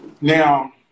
now